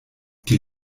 die